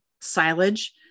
silage